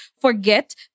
Forget